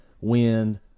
wind